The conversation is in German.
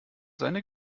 seine